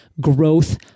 growth